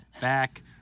back